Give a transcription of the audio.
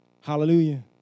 Hallelujah